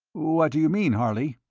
what do you mean, harley?